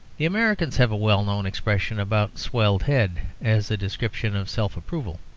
the americans have a well-known expression about swelled-head as a description of self-approval,